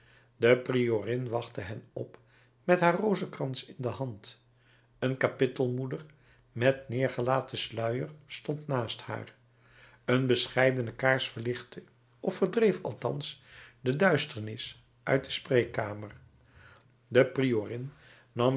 de priorin wachtte hen op met haar rozenkrans in de hand een kapittelmoeder met neergelaten sluier stond naast haar een bescheidene kaars verlichtte of verdreef althans de duisternis uit de spreekkamer de priorin nam